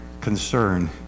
concern